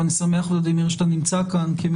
ואני שמח ולדימיר שאתה נמצא כאן,